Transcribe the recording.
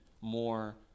more